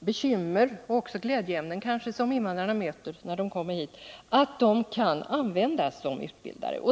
bekymmer — och kanske även glädjeämnen — som invandrarna möter när de kommer hit, att de kan användas som utbildare.